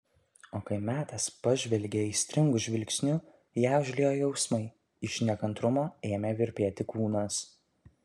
o kai metas pažvelgė aistringu žvilgsniu ją užliejo jausmai iš nekantrumo ėmė virpėti kūnas